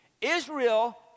Israel